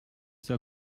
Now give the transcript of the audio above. sehr